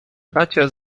bracia